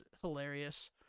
Hilarious